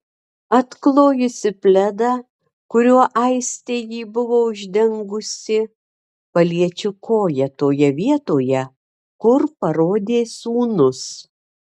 atklojusi pledą kuriuo aistė jį buvo uždengusi paliečiu koją toje vietoje kur parodė sūnus